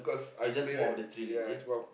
is just more of the thrill is it